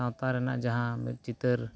ᱥᱟᱶᱛᱟ ᱨᱮᱱᱟᱜ ᱡᱟᱦᱟᱸ ᱢᱤᱫ ᱪᱤᱛᱟᱹᱨ